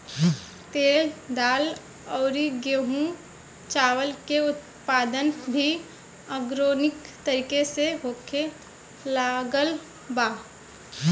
तेल, दाल अउरी गेंहू चावल के उत्पादन भी आर्गेनिक तरीका से होखे लागल बा